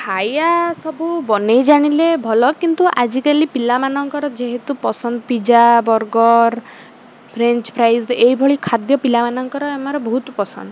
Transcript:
ଖାଇବା ସବୁ ବନେଇ ଜାଣିଲେ ଭଲ କିନ୍ତୁ ଆଜିକାଲି ପିଲାମାନଙ୍କର ଯେହେତୁ ପସନ୍ଦ ପିଜା ବର୍ଗର୍ ଫ୍ରେଞ୍ଚ୍ ଫ୍ରାଇସ୍ ଏଇଭଳି ଖାଦ୍ୟ ପିଲାମାନଙ୍କର ଆମର ବହୁତ ପସନ୍ଦ